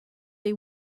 they